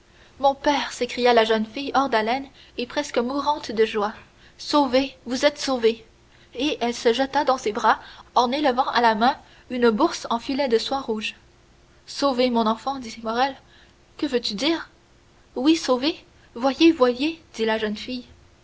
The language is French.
mon père s'écria la jeune fille hors d'haleine et presque mourante de joie sauvé vous êtes sauvé et elle se jeta dans ses bras en élevant à la main une bourse en filet de soie rouge sauvé mon enfant dit morrel que veux-tu dire oui sauvé voyez voyez dit la jeune fille